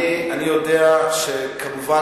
אני יודע שכמובן,